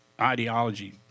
ideology